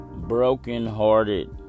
Brokenhearted